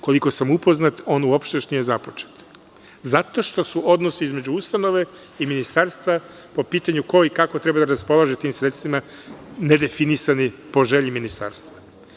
Koliko sam upoznat, on još uvek nije započet, zato što su odnosi između ustanove i ministarstva po pitanju – ko i kako treba da raspolaže tim sredstvima, nedefinisani po želji ministarstva.